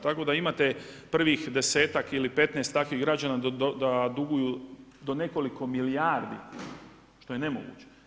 Tako da imate prvih desetak ili 15 takvih građana da duguju do nekoliko milijardi što je nemoguće.